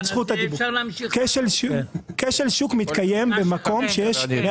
כשל שוק מתקיים במקום שיש רק